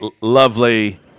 lovely